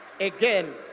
Again